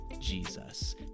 jesus